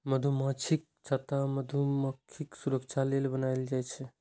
मधुमाछीक छत्ता मधुमाछीक सुरक्षा लेल बनाएल जाइ छै